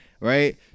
Right